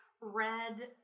red